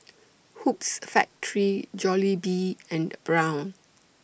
Hoops Factory Jollibee and Braun